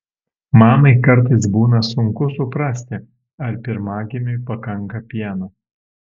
mamai kartais būna sunku suprasti ar pirmagimiui pakanka pieno